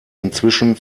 inzwischen